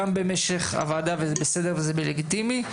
גם במשך הוועדה וזה בסדר וזה לגיטימי.